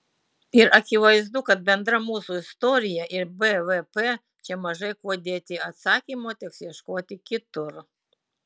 ir akivaizdu kad bendra mūsų istorija ir bvp čia mažai kuo dėti atsakymo teks ieškoti kitur